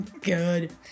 Good